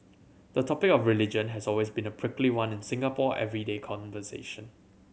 the topic of religion has always been a prickly one in Singaporean everyday conversation